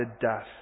death